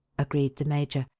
agreed the major.